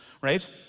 right